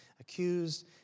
accused